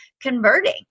converting